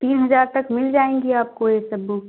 तीन हजार तक मिल जाएँगी आपको ये सब बुक